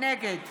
נגד